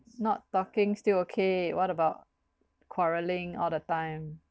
not talking still okay what about quarrelling all the time